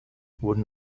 wurden